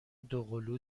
دوقلو